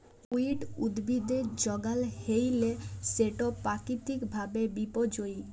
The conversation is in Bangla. উইড উদ্ভিদের যগাল হ্যইলে সেট পাকিতিক ভাবে বিপর্যয়ী